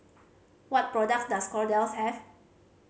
what products does Kordel's have